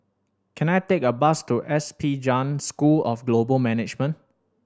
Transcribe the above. can I take a bus to S P Jain School of Global Management